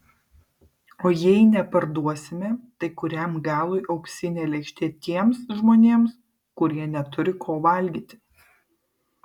o jei neparduosime tai kuriam galui auksinė lėkštė tiems žmonėms kurie neturi ko valgyti